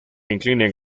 inclinan